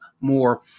more